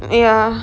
ya